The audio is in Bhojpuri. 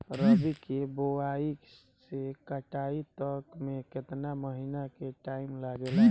रबी के बोआइ से कटाई तक मे केतना महिना के टाइम लागेला?